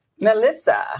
melissa